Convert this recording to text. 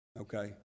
okay